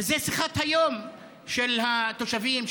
וזה שיחת היום של התושבים,